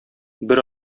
бер